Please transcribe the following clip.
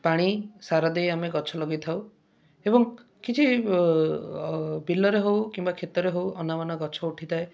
ପାଣି ସାର ଦେଇ ଆମେ ଗଛ ଲଗେଇ ଥାଉ ଏବଂ କିଛି ବିଲରେ ହେଉ କିମ୍ୱା କ୍ଷେତରେ ହେଉ ଅନା ବନା ଗଛ ଉଠି ଥାଏ